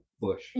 bush